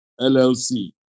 LLC